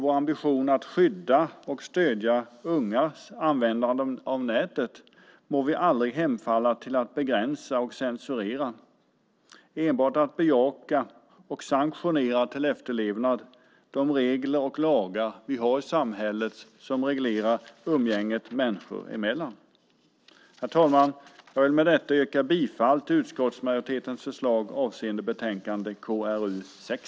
I vår ambition att skydda och stödja ungas användande av nätet må vi aldrig hemfalla åt att begränsa och censurera, utan enbart bejaka och sanktionera efterlevnad av de regler och lagar som reglerar umgänget människor emellan. Herr talman! Jag vill med detta yrka bifall till utskottsmajoritetens förslag avseende betänkande KrU6.